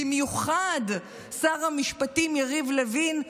במיוחד שר המשפטים יריב לוין,